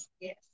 Yes